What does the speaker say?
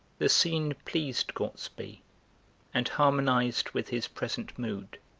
the scene pleased gortsby and harmonised with his present mood.